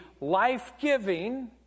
life-giving